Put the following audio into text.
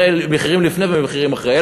מחירים לפני ומחירים אחרי.